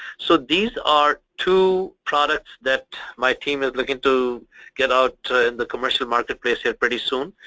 so these are two products that my team is looking to get out in the commercial marketplace pretty soon,